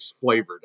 Flavored